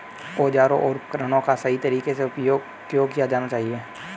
औजारों और उपकरणों का सही तरीके से उपयोग क्यों किया जाना चाहिए?